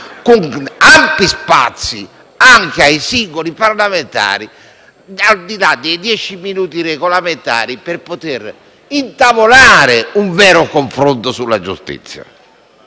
con ampi spazi per i singoli parlamentari, al di là dei dieci minuti regolamentari, per poter intavolare un vero confronto sulla giustizia.